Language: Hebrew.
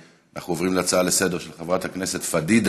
אנחנו עוברים להצעה לסדר-היום דחופה של חברת הכנסת פדידה,